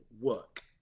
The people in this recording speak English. work